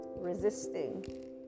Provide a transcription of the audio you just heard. resisting